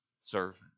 servant